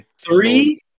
three